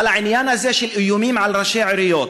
אבל העניין הזה של איומים על ראשי עיריות,